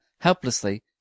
helplessly